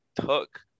took